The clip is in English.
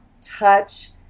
touch